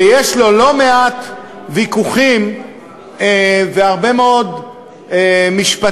שיש לו לא מעט ויכוחים והרבה מאוד משפטים,